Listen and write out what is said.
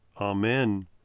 Amen